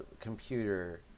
computer